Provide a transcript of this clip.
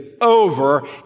over